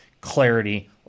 clarity